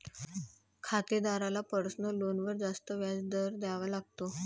खातेदाराला पर्सनल लोनवर जास्त व्याज दर द्यावा लागतो